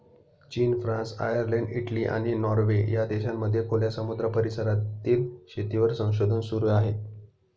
चीन, France, Ireland, Italy, आणि Norway या देशांमध्ये खुल्या समुद्र परिसरातील शेतीवर संशोधन सुरू आहे